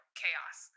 chaos